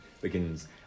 begins